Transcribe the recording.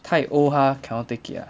太 old 他 cannot take it ah